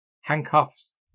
handcuffs